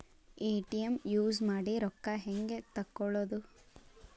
ATM use ಮಾಡಿ ರೊಕ್ಕ ಹೆಂಗೆ ತಕ್ಕೊಳೋದು?